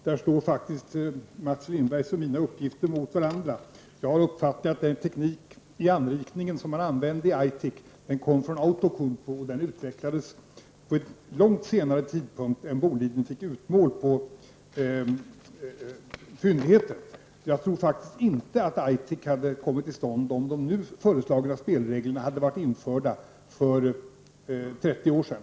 Herr talman! Mats Lindbergs och mina uppgifter står faktiskt mot varandra. Jag har uppfattat att den teknik i anrikningen som man använde i Aitik kom fram från Outokumpu, och den utvecklades vid en tidpunkt långt senare än då Boliden fick utmål på fyndigheten. Jag tror faktiskt inte att Aitik hade kommit till stånd om de nu föreslagna spelreglerna hade varit införda för 30 år sedan.